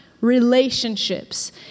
relationships